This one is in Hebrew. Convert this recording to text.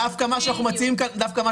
דווקא מה שאנחנו מציעים כאן --- בדיוק,